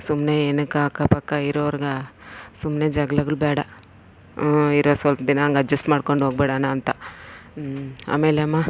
ಸುಮ್ನೆ ಏನಕ್ಕೆ ಅಕ್ಕ ಪಕ್ಕ ಇರೋರ್ಗೆ ಸುಮ್ನೆ ಜಗ್ಳಗಳು ಬೇಡ ಇರೋ ಸ್ವಲ್ಪ ದಿನ ಹಂಗೆ ಅಜ್ಜಸ್ಟ್ ಮಾಡ್ಕೊಂಡು ಹೋಗ್ಬಿಡೋಣ ಅಂತ ಆಮೇಲೆ ಅಮ್ಮ